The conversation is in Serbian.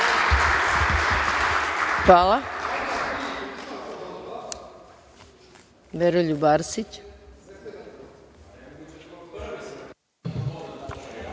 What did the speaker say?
Hvala